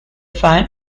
fan